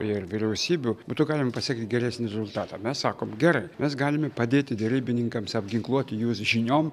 ir vyriausybių būtų galima pasiekti geresnį rezultatą mes sakom gerai mes galime padėti derybininkams apginkluoti jus žiniom